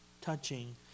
Touching